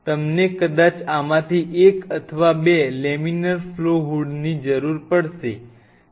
તમને કદાચ આમાંથી એક અથવા બે લેમિનર ફ્લો હૂડ ની જરૂર પડશે